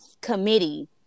Committee